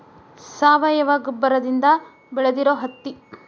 ಸಾವಯುವ ಗೊಬ್ಬರದಿಂದ ಬೆಳದಿರು ಹತ್ತಿ